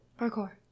Parkour